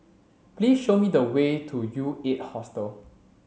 please show me the way to U eight Hostel